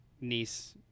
niece